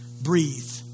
breathe